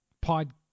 pod